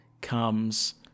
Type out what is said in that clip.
comes